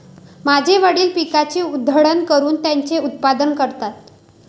माझे वडील पिकाची उधळण करून त्याचे उत्पादन करतात